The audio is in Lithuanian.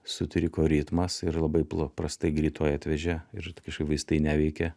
sutriko ritmas ir labai pla paprastai greitoji atvežė ir kažkaip vaistai neveikė